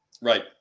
Right